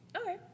Okay